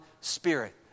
spirit